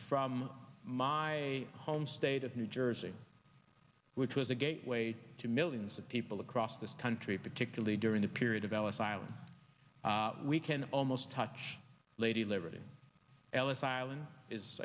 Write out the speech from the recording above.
from my home state of new jersey which was a gateway to millions of people across this country particularly during the period of ellis island we can almost touch lady liberty ellis island is